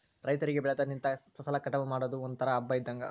ರೈತರಿಗೆ ಬೆಳದ ನಿಂತ ಫಸಲ ಕಟಾವ ಮಾಡುದು ಒಂತರಾ ಹಬ್ಬಾ ಇದ್ದಂಗ